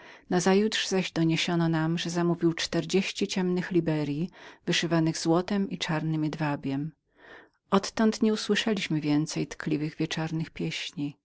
nazajutrz zaś doniesiono nam że zamówił czterdzieści ciemnych liberyi wyszywanych złotem i czarnym jedwabiem odtąd nie usłyszeliśmy więcej tkliwych wieczornych pieśni